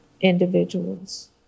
individuals